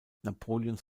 napoleons